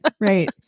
Right